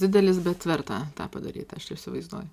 didelis bet verta tą padaryt aš taip įsivaizduoju